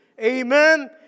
Amen